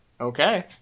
Okay